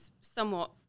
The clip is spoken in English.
somewhat